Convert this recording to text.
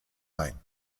main